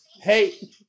Hey